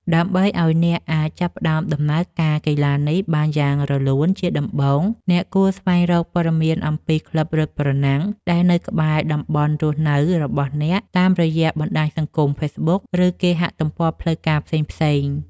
ដើម្បីឱ្យអ្នកអាចចាប់ផ្ដើមដំណើរការកីឡានេះបានយ៉ាងរលូនជាដំបូង អ្នកគួរស្វែងរកព័ត៌មានអំពីក្លឹបរត់ប្រណាំងដែលនៅក្បែរតំបន់រស់នៅរបស់អ្នក តាមរយៈបណ្ដាញសង្គមហ្វេសប៊ុក ឬគេហទំព័រផ្លូវការផ្សេងៗ។